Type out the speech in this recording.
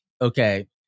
okay